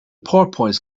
porpoise